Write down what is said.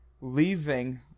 leaving